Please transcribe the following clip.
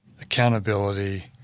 accountability